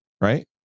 Right